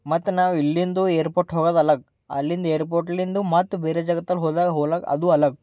ಮತ್ತು ನಾವು ಇಲ್ಲಿಂದು ಎರ್ ಪೋರ್ಟ್ ಹೋಗೋದಲಗ ಅಲ್ಲಿಂದ ಎರ್ ಪೋರ್ಟ್ಲಿಂದ ಮತ್ತೆ ಬೇರೆ ಜಾಗ ತನ ಹೋದಾಗ ಹೋಗಕ್ಕೆ ಅದು ಅಲಗ